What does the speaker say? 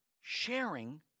sharing